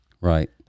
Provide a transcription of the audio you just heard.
Right